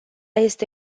este